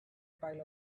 pile